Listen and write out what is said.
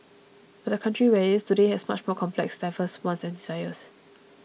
but the country where it is today has much more complex and diverse wants and desires